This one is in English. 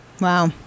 Wow